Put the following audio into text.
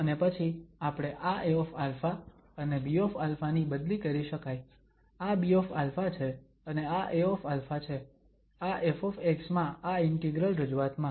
અને પછી આપણે આ Aα અને Bα ની બદલી કરી શકાય આ Bα છે અને આ Aα છે આ ƒ માં આ ઇન્ટિગ્રલ રજૂઆતમાં